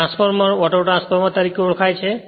transformer ઓટોટ્રાન્સફોર્મરતરીકે ઓળખાય છે